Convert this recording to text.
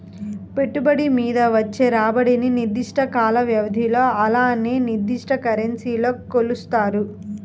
పెట్టుబడి మీద వచ్చే రాబడిని నిర్దిష్ట కాల వ్యవధిలో అలానే నిర్దిష్ట కరెన్సీలో కొలుత్తారు